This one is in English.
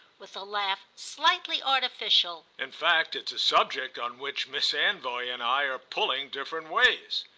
with a laugh slightly artificial in fact it's a subject on which miss anvoy and i are pulling different ways.